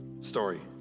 story